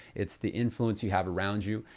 it's the influence you have around you.